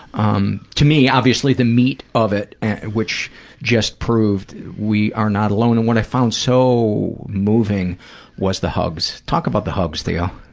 um, to me obviously the meat of it, which just proved we are not alone and what i found so moving was the hugs. talk about the hugs theo.